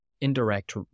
indirect